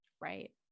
right